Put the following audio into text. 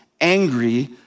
angry